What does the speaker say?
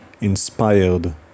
inspired